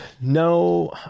No